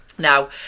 Now